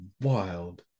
wild